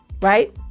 right